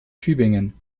tübingen